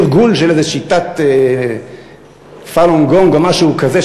תרגול של איזה שיטת "פאלון גונג" או משהו כזה,